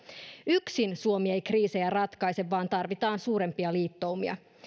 yksin suomi ei kriisejä ratkaise vaan tarvitaan suurempia liittoumia